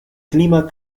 clima